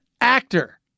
actor